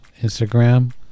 instagram